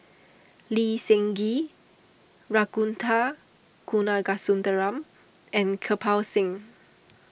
Lee Seng Gee Ragunathar Kanagasuntheram and Kirpal Singh